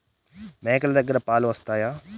మేక లు దగ్గర పాలు వస్తాయా?